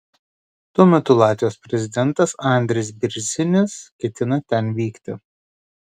tuo metu latvijos prezidentas andris bėrzinis ketina ten vykti